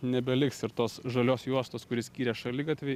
nebeliks ir tos žalios juostos kuri skyrė šaligatvį